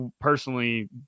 personally